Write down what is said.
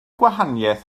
gwahaniaeth